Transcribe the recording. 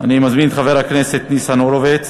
אני מזמין את חבר הכנסת ניצן הורוביץ